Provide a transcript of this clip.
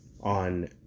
on